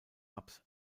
ups